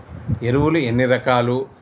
ఎరువులు ఎన్ని రకాలు?